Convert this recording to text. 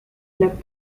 left